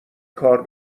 کار